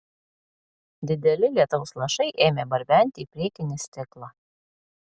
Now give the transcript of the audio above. dideli lietaus lašai ėmė barbenti į priekinį stiklą